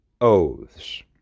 oaths